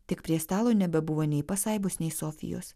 tik prie stalo nebebuvo nei pasaibos nei sofijos